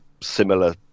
similar